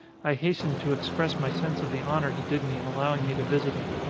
i hastened to express my sense of the honour he did me in allowing me to visit him.